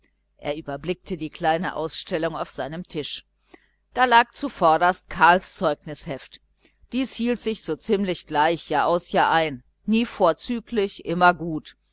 er überblickte die kleine ausstellung auf seinem tisch da lag zuvorderst karls zeugnisheft dies hielt sich so ziemlich gleich jahraus jahrein nie vorzüglich immer gut